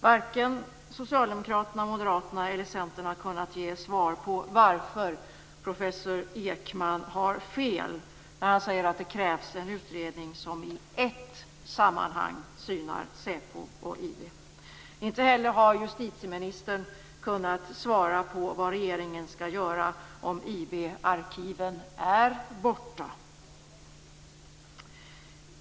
Varken Socialdemokraterna, Moderaterna eller Centern har kunnat ge svar på varför professor Ekman har fel när han säger att det krävs en utredning som i ett sammanhang synar SÄPO och IB. Inte heller har justitieministern kunnat svara på vad regeringen skall göra om IB-arkiven är borta.